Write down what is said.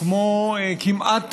כמו כמעט תמיד,